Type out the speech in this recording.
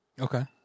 Okay